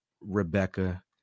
Rebecca